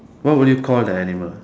what would you call the animal